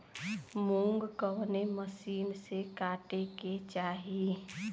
मूंग कवने मसीन से कांटेके चाही?